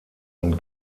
und